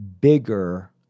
bigger